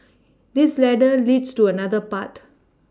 this ladder leads to another path